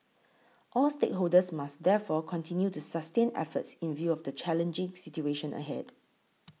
all stakeholders must therefore continue to sustain efforts in view of the challenging situation ahead